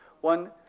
one